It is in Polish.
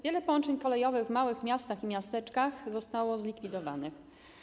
Wiele połączeń kolejowych w małych miastach i miasteczkach zostało zlikwidowanych.